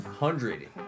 hundred